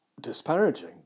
disparaging